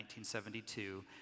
1972